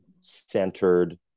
centered